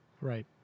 Right